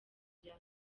rya